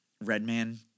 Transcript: Redman